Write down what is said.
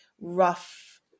rough